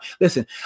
Listen